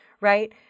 right